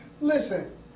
Listen